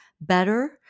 better